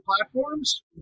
platforms